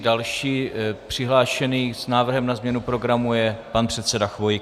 Další přihlášený s návrhem na změnu programu je pan předseda Chvojka.